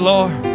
Lord